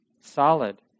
solid